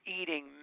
eating